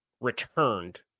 returned